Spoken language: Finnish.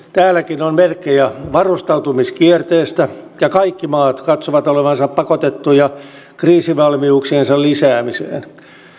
täälläkin on merkkejä varustautumiskierteestä ja kaikki maat katsovat olevansa pakotettuja kriisivalmiuksiensa lisäämiseen